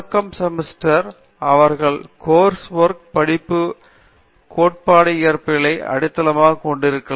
தொடக்க செமஸ்டர்களில் அவர்கள் கோர்ஸ் ஒர்க் படிப்புகள் கோட்பாட்டு இயற்பியளை அடித்தளமாக கொண்டிருக்கும்